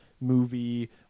movie